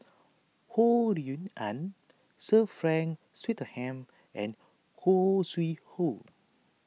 Ho Rui An Sir Frank Swettenham and Khoo Sui Hoe